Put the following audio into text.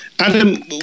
Adam